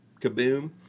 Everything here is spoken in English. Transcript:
Kaboom